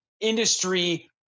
industry